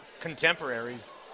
contemporaries